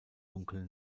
dunkel